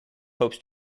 hopes